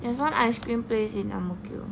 there's one ice cream place in ang mo kio